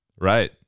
Right